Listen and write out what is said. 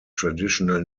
traditional